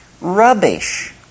rubbish